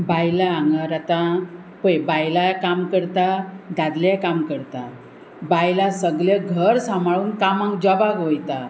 बायलां हांगासर आतां पय बायलां काम करता दादले काम करता बायलां सगलें घर सांबाळून कामाक जॉबाक वयता